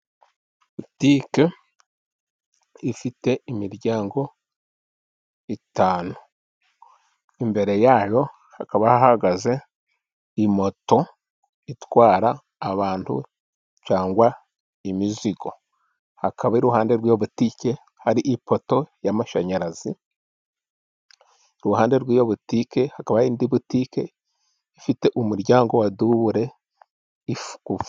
Butike ifite imiryango itanu. Imbere ya yo hakaba hahagaze moto itwara abantu cyangwa imizigo. Hakaba iruhande rw'iyo butike hari ipoto y'amashanyarazi, iruhande rw'iyo butike hakaba indi butike ifite umuryango wa dubure ifu.